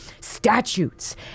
statutes